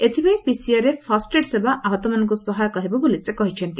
ଏଥିପାଇଁ ପିସିଆରରେ ଫାଷ୍ଟଏଡ୍ ସେବା ଆହତମାନଙ୍କୁ ସହାୟକ ହେବ ବୋଲି ସେ କହିଛନ୍ତି